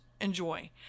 enjoy